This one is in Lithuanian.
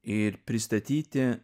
ir pristatyti